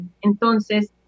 Entonces